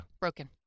broken